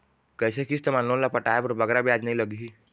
कइसे किस्त मा लोन ला पटाए बर बगरा ब्याज नहीं लगही?